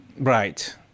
right